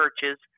churches